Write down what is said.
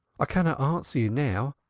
i cannot answer you now.